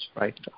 right